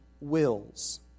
wills